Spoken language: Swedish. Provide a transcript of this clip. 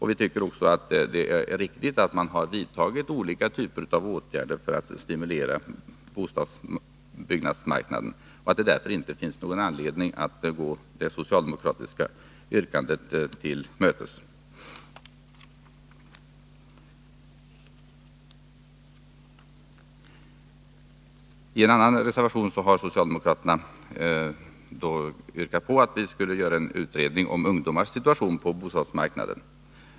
Vi anser att det är riktigt att det har vidtagits olika typer av åtgärder för att stimulera bostadsbyggandet. Därför finns det inte någon anledning att gå det socialdemokratiska yrkandet till mötes. I en annan reservation har socialdemokraterna yrkat att riksdagen skall begära en utredning om ungdomars situation på bostadsmarknaden.